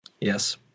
Yes